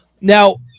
Now